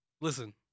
Listen